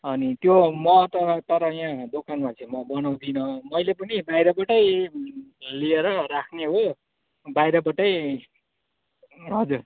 अनि त्यो म त तर यहाँ दोकानमा चाहिँ म बनाउँदिनँ मैले पनि बाहिरबाटै लिएर राख्ने हो बाहिरबाटै हजुर